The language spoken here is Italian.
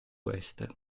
western